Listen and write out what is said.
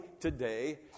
today